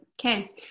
Okay